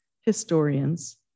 historians